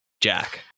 Jack